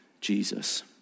Jesus